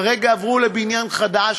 כרגע עברו לבניין חדש,